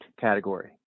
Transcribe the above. category